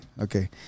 Okay